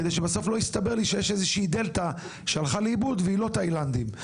כדי שבסוף לא יסתבר לי שיש איזושהי דלתא שהלכה לאיבוד והיא לא תאילנדים.